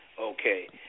Okay